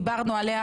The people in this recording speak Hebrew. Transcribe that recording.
דיברנו עליה.